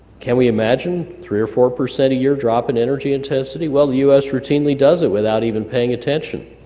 can we imagine three or four percent a year drop in energy intensity? well, the u s. routinely does it without even paying attention,